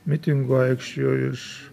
mitingų aikščių iš